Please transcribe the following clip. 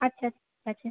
আচ্ছা ঠিক আছে